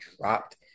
dropped